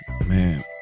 man